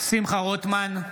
אינו נוכח שמחה רוטמן,